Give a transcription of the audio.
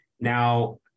Now